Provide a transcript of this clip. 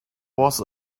was